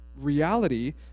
reality